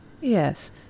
Yes